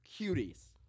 cuties